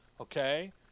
Okay